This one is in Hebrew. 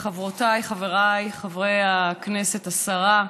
חברותיי וחבריי חברי הכנסת, השרה,